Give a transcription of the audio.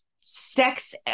sex